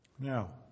Now